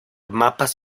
mapas